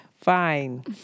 fine